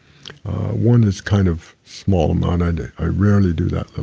one is kind of small amount. i do. i rarely do that, ah